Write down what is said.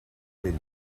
verí